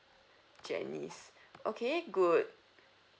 janice okay good